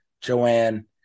Joanne